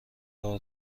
دار